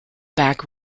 back